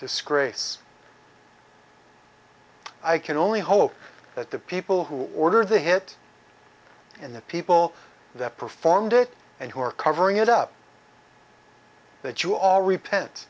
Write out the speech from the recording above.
scrapes i can only hope that the people who ordered the hit and the people that performed it and who are covering it up that you all repent